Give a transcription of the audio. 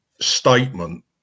statement